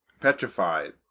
Petrified